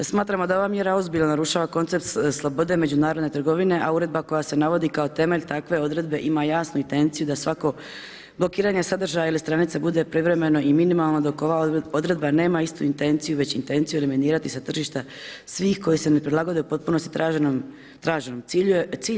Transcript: Smatramo da je ova mjera ozbiljno narušava koncept slobode međunarodne trgovine, a uredba koja se navodi kao temelj takve odredbe ima jasnu intenciju da svatko blokiranje sadržaja ili stranice bude privremeno i minimalno, dok ova odredba nema istu intenciju već intenciju eliminirati sa tržišta svih koji se ne prilagode u potpunosti traženom cilju.